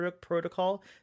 protocol